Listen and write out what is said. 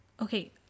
Okay